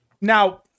now